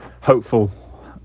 hopeful